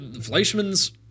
Fleischmann's